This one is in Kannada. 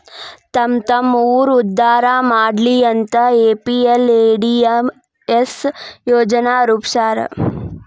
ತಮ್ಮ್ತಮ್ಮ ಊರ್ ಉದ್ದಾರಾ ಮಾಡ್ಲಿ ಅಂತ ಎಂ.ಪಿ.ಎಲ್.ಎ.ಡಿ.ಎಸ್ ಯೋಜನಾ ರೂಪ್ಸ್ಯಾರ